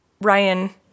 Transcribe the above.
Ryan